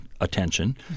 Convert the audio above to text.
attention